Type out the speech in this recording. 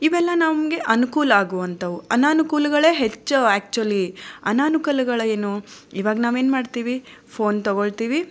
ಇವೆಲ್ಲಾ ನಮಗೆ ಅನುಕೂಲ ಆಗುವಂಥಾವು ಅನಾನುಕೂಲಗಳೇ ಹೆಚ್ಚು ಆ್ಯಕ್ಚುಲಿ ಅನಾನುಕೂಲಗಳೇನು ಇವಾಗ ನಾವೇನು ಮಾಡ್ತೀವಿ ಫೋನ್ ತಗೋಳ್ತೀವಿ